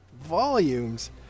volumes